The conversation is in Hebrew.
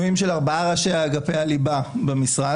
מינויים של ארבעה ראשי אגפי הליבה במשרד